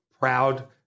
proud